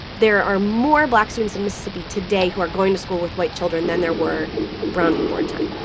there are more black students in mississippi today who are going to school with white children than there were brown v. board time.